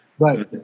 Right